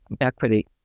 equity